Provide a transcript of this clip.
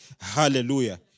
Hallelujah